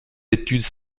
études